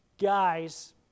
guys